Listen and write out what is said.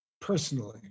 personally